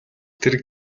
тэрэг